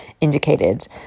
indicated